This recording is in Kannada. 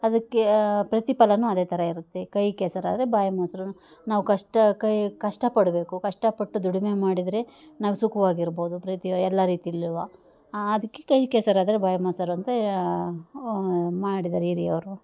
ಅದಕ್ಕೆ ಪ್ರತಿಫಲವೂ ಅದೇ ಥರ ಇರುತ್ತೆ ಕೈ ಕೆಸರಾದರೆ ಬಾಯಿ ಮೊಸರು ನಾವು ಕಷ್ಟ ಕೈ ಕಷ್ಟ ಪಡಬೇಕು ಕಷ್ಟ ಪಟ್ಟು ದುಡಿಮೆ ಮಾಡಿದ್ರೆ ನಾವು ಸುಖವಾಗಿರಬೌದು ಪ್ರತಿವ ಎಲ್ಲ ರೀತಿಯಲ್ಲೂ ಅದಕ್ಕೆ ಕೈ ಕೆಸರಾದರೆ ಬಾಯಿ ಮೊಸರು ಅಂತ ಮಾಡಿದ್ದಾರೆ ಹಿರಿಯವರು